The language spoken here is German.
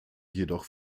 jedoch